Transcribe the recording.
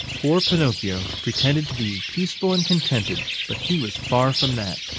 poor pinocchio pretended to be peaceful and contented, but he was far from that.